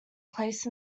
placed